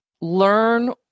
learn